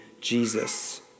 Jesus